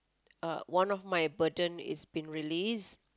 uh one of my burden is been released